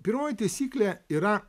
pirmoji taisyklė yra